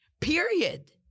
Period